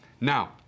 Now